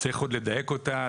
צריך עוד לדייק אותה,